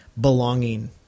belonging